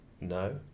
no